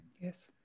Yes